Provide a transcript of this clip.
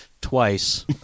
twice